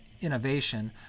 innovation